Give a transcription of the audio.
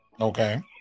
Okay